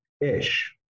Ish